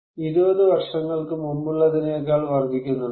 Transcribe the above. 20 വർഷങ്ങൾക്ക് മുമ്പുള്ളതിനേക്കാൾ വർദ്ധിക്കുന്നുണ്ടോ